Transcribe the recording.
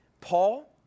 Paul